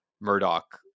Murdoch